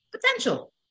potential